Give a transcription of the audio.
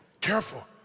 careful